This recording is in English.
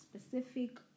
specific